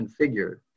configured